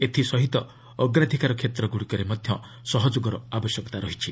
ଏଥିସହିତ ଅଗ୍ରାଧିକାର କ୍ଷେତ୍ରଗୁଡ଼ିକରେ ମଧ୍ୟ ସହଯୋଗର ଆବଶ୍ୟକତା ରହିଛି